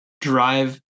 drive